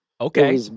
Okay